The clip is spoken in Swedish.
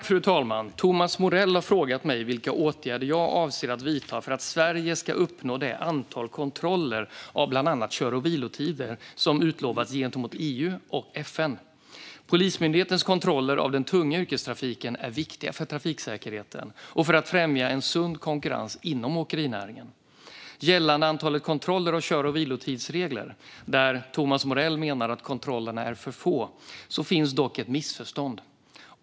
Fru talman! Thomas Morell har frågat mig vilka åtgärder jag avser att vidta för att Sverige ska uppnå det antal kontroller av bland annat kör och vilotider som utlovats gentemot EU och FN. Polismyndighetens kontroller av den tunga yrkestrafiken är viktiga för trafiksäkerheten och för att främja en sund konkurrens inom åkerinäringen. Gällande antalet kontroller av kör och vilotider - Thomas Morell menar att kontrollerna är för få - finns dock ett missförstånd.